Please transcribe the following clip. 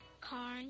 car